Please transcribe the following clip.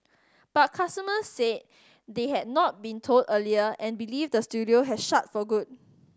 but customers said they had not been told earlier and believe the studio has shut for good